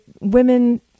women